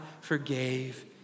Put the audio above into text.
forgave